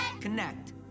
connect